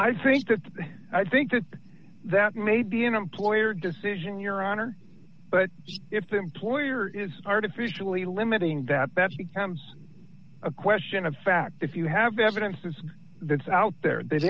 i think that i think that that may be an employer decision your honor but if the employer is artificially limiting that that becomes a question of fact if you have evidence is that's out there that